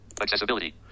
accessibility